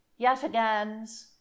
yatagans